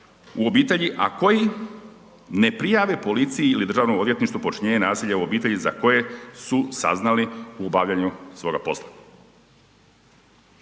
u obitelji a koji ne prijave policiji ili Državnom odvjetništvu počinjenje nasilja u obitelji za koje su saznali u obavljanju svoga posla.